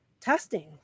testing